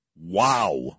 Wow